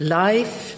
life